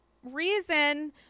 reason